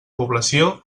població